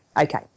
okay